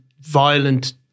violent